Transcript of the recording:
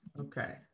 Okay